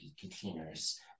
containers